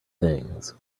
things